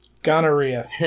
Gonorrhea